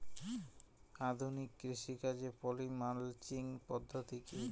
আধুনিক কৃষিকাজে poly mulching পদ্ধতি কি?